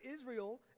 Israel